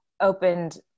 opened